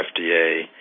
FDA